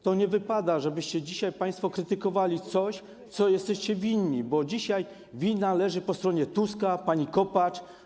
To nie wypada, żebyście dzisiaj państwo krytykowali coś, czego jesteście winni, bo dzisiaj wina leży po stronie Tuska, pani Kopacz.